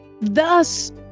thus